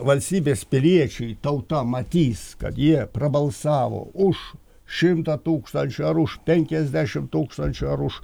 valstybės piliečiai tauta matys kad jie prabalsavo už šimtą tūkstančių ar už penkiasdešim tūkstančių ar už